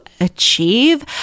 achieve